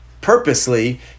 purposely